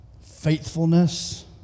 faithfulness